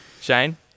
Shane